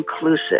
inclusive